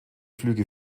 flüge